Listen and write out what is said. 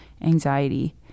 anxiety